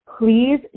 please